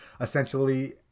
essentially